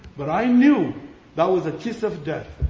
but i knew that was a kiss of death.